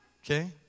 okay